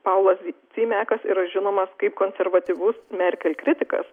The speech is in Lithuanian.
paulas cymekas yra žinomas kaip konservatyvus merkel kritikas